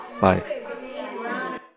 Bye